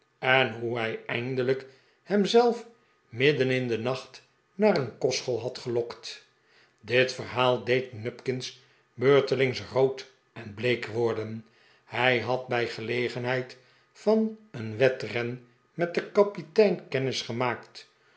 en hoe hij eindelijk hem zelf midden in den nacht naar een kostschool had gelokt dit verhaal deed nupkins beurtelings rood en bleek worden hij had bij gelegenheid van een wedren met den kapitein